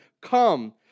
Come